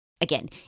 Again